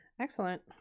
Excellent